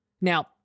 Now